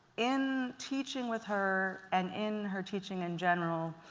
in teaching with her, and in her teaching in general,